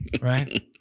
Right